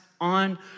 on